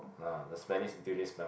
ah the smelly durian smell